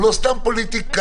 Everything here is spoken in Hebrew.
אני לא סתם פוליטיקאים,